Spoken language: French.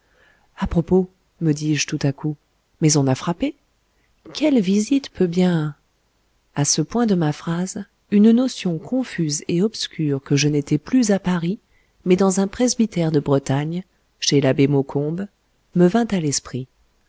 à propos me dis-je tout à coup mais on a frappé quelle visite peut bien à ce point de ma phrase une notion confuse et obscure que je n'étais plus à paris mais dans un presbytère de bretagne chez l'abbé maucombe me vint à l'esprit